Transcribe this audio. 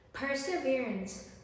perseverance